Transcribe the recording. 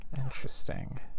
Interesting